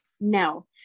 No